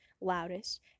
loudest